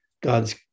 God's